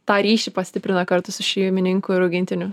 tą ryšį pastiprina kartu su šeimininku ir augintiniu